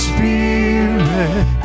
Spirit